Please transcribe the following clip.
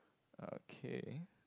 okay